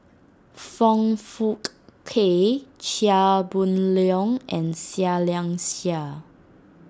Foong Fook Kay Chia Boon Leong and Seah Liang Seah